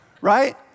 right